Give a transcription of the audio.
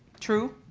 true?